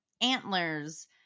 antlers